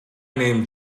named